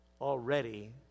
already